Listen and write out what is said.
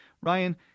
Ryan